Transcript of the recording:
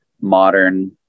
modern